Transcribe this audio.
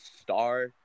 star